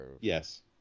Yes